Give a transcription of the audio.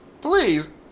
please